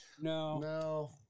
No